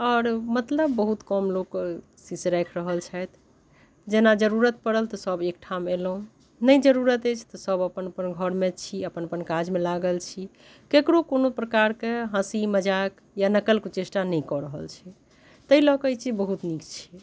आओर मतलब बहुत कम लोक कोशिश राखि रहल छथि जेना जरूरत पड़ल तऽ सभ एक ठाम अयलहुँ नहि जरूरत अछि तऽ सभ अपन अपन घरमे छी अपन अपन काजमे लागल छी ककरो कोनो प्रकारके हँसी मजाक या नकल कुचेष्टा नहि कऽ रहल छै ताहि लऽ कऽ ई चीज बहुत नीक छै